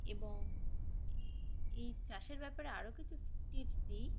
এবং এ এই চাষের ব্যাপারে আরও কিছু টিপস দিই